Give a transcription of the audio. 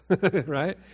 Right